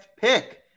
pick